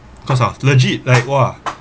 cause are legit like !wah!